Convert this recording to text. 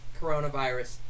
coronavirus